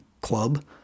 club